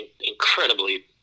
incredibly